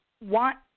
want